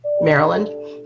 Maryland